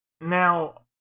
now